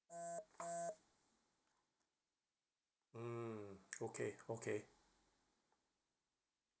mm okay okay